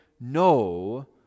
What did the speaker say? no